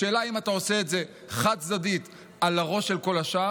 השאלה היא אם אתה עושה את זה חד-צדדית על הראש של כל השאר,